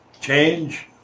change